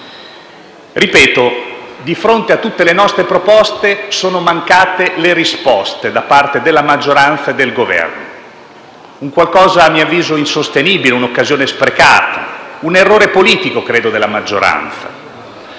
Ripeto che di fronte a tutte le nostre proposte sono mancate le risposte da parte della maggioranza e del Governo; qualcosa a mio avviso di insostenibile, un'occasione sprecata, un errore politico della maggioranza,